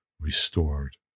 restored